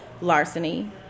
larceny